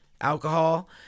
alcohol